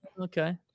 Okay